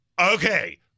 okay